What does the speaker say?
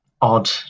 odd